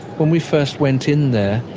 when we first went in there